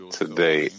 today